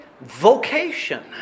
vocation